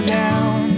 down